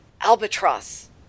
albatross